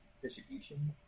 distribution